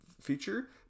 feature